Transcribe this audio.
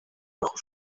bajo